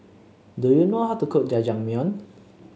do you know how to cook Jajangmyeon